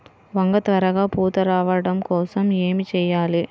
వంగ త్వరగా పూత రావడం కోసం ఏమి చెయ్యాలి?